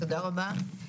תודה רבה.